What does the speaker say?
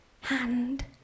hand